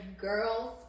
girls